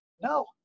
No